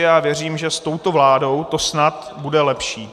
Já věřím, že s touto vládou to snad bude lepší.